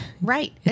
Right